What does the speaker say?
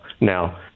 Now